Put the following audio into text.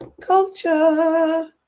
culture